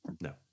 No